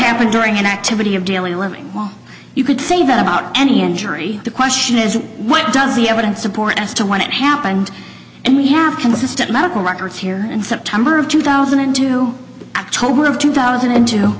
happened during an activity of daily living well you could say that about any injury the question is what does the evidence support as to when it happened and we have consistent medical records here in september of two thousand and two tobar of two thousand and two